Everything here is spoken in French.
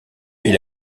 est